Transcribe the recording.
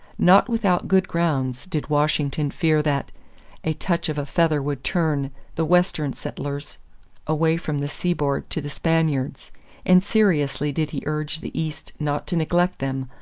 not without good grounds did washington fear that a touch of a feather would turn the western settlers away from the seaboard to the spaniards and seriously did he urge the east not to neglect them,